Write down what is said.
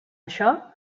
això